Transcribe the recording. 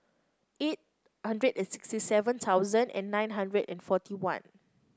eight hundred and sixty seven thousand and nine hundred and forty one